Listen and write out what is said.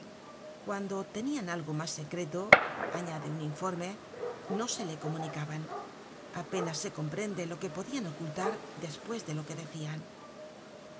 cuando tenian algo mas secreto añade un informe no se le comunicaban apenas se comprende lo que podian ocultar despues de lo que decian